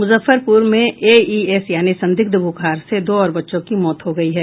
मुजफ्फरपुर में एईएस यानि संदिग्ध बुखार से दो और बच्चों की मौत हो गयी है